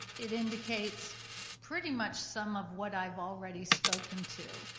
it indicates pretty much some of what i've already spoken to,